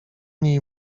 niej